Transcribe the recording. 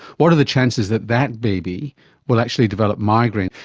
what are the chances that that baby will actually develop migraine?